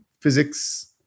physics